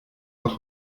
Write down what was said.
noch